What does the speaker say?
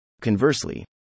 Conversely